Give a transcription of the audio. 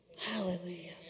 Hallelujah